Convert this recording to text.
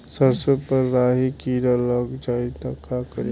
सरसो पर राही किरा लाग जाई त का करी?